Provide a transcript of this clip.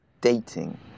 dating